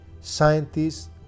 Scientists